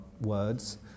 words